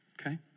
Okay